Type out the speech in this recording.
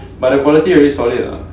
but the quality really solid lah